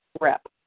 rep